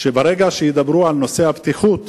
שברגע שידברו על נושא הבטיחות,